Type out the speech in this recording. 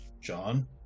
John